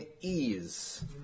ease